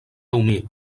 humil